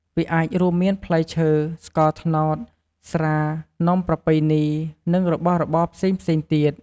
វាអាចរួមមានផ្លែឈើ, ស្ករត្នោត, ស្រា, នំប្រពៃណី និងរបស់របរផ្សេងៗទៀត។